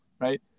right